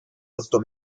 otto